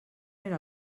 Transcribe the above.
era